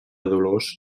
dolors